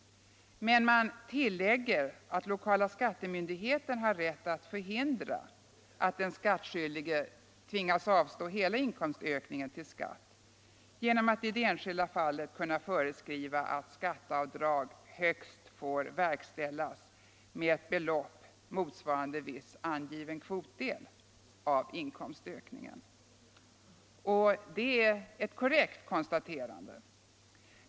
Men man tillägger att lokala skattemyndigheten har rätt att förhindra att den skattskyldige tvingas avstå hela inkomstökningen till skatt genom att i det enskilda fallet föreskriva att skatteavdrag får verkställas med ett belopp motsvarande viss angiven kvotdel av inkomstökningen. Detta är ett korrekt konstaterande.